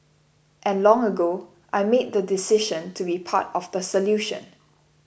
and long ago I made the decision to be part of the solution